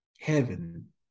Heaven